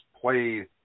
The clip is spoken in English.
Played